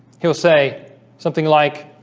he'll say something like